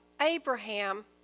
Abraham